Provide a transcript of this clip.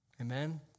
Amen